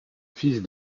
fils